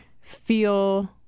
feel